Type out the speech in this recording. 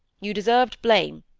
you deserved blame,